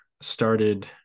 started